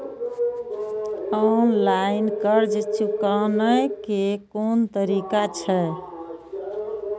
Online कर्ज चुकाने के कोन तरीका छै?